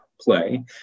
play